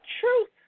truth